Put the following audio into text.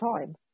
time